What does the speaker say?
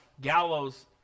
gallows